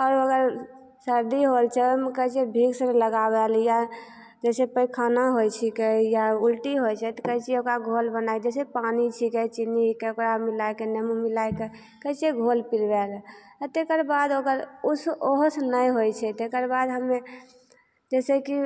आओर अगर सरदी होइ छै हम कहै छियै भिक्स लगाबय लिए जइसे पैखाना होइ छिकै या उल्टी होइ छै तऽ कहै छियै ओकरा घोल बनाए दै छियै पानि छिकै चीनीके ओकरा मिलाए कऽ निम्बू मिलाए कऽ कहै छियै घोल पिलबै लए आ तकर बाद ओकर उस ओहोसँ नहि होइ छै तकर बाद हमे जइसे कि